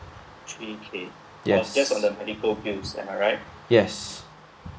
yes yes